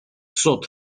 sought